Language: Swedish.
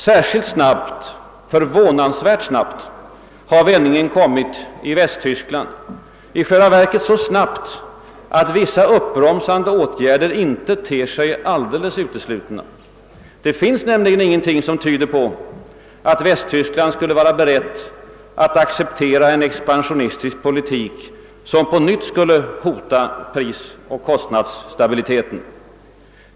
Särskilt snabbt, förvånansvärt snabbt, har vändningen kommit i Västtyskland, i själva verket så snabbt att vissa uppbromsande åtgärder inte ter sig alldeles uteslutna. Det finns nämligen ingenting som tyder på att Västtyskland skulle vara berett att acceptera en expansionistisk politik som på nytt skulle hota prisoch kostnadsstabiliteten.